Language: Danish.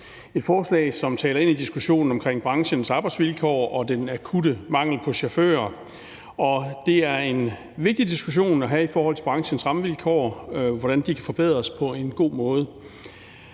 et forslag, som taler ind i diskussionen omkring branchens arbejdsvilkår og den akutte mangel på chauffører. Det er en vigtig diskussion at have i forhold til branchens rammevilkår, altså hvordan de kan forbedres på en god måde.